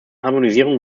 harmonisierung